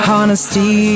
Honesty